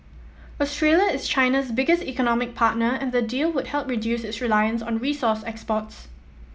Australia is China's biggest economic partner and the deal would help reduce its reliance on resource exports